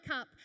up